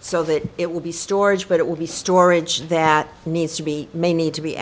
so that it will be storage but it will be storage that needs to be may need to be